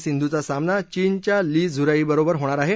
सिंधूचा सामना चीनच्या ली ज्युराई बरोबर होणार आह